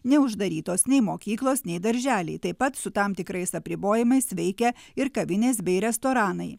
neuždarytos nei mokyklos nei darželiai taip pat su tam tikrais apribojimais veikia ir kavinės bei restoranai